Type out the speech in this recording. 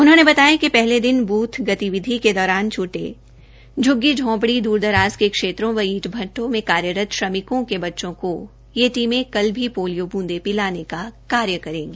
उन्होंने बताया कि पहले दिन बूथ गतिविधि के दौरान छूटे झुग्गी झोपड़ी द्र दराज के क्षेत्रों व ईट भट्ठों में कार्यरत श्रमिकों के बच्चो को यह टीमें कल भी पोलियो बूदें पिलाने का कार्य करेंगी